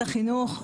החינוך,